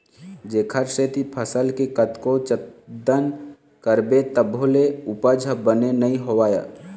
जेखर सेती फसल के कतको जतन करबे तभो ले उपज ह बने नइ होवय